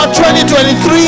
2023